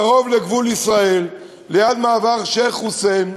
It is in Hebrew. קרוב לגבול ישראל, ליד מעבר שיח'-חוסיין,